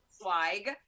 swag